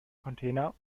container